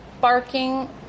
barking